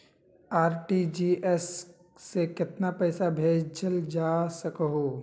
RTGS से कतेक पैसा भेजल जा सकहु???